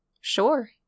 Sure